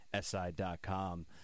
SI.com